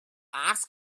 ice